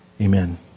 Amen